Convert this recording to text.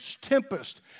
tempest